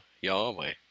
Yahweh